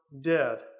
dead